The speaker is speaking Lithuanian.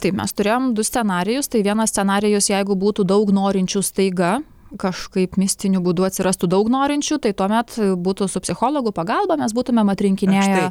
taip mes turėjom du scenarijus tai vienas scenarijus jeigu būtų daug norinčių staiga kažkaip mistiniu būdu atsirastų daug norinčių tai tuomet būtų su psichologų pagalba mes būtumėm atrinkinėję